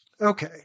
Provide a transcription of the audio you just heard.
Okay